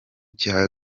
cya